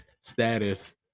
status